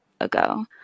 ago